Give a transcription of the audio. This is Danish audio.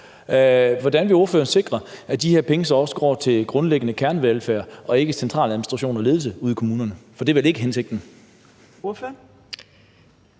Hvordan vil ordføreren sikre, at de her penge så også går til grundlæggende kernevelfærd og ikke centraladministration og ledelse ude i kommunerne? For det er vel ikke hensigten. Kl.